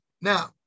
now